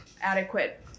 adequate